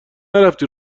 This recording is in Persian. نرفتی